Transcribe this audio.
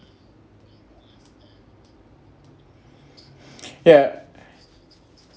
yeah